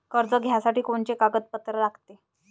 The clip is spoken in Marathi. कर्ज घ्यासाठी कोनचे कागदपत्र लागते?